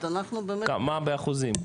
מה באחוזים?